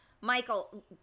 Michael